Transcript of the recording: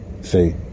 See